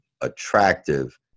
attractive